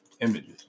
Images